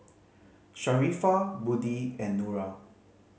Sharifah Budi and Nura